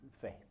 faith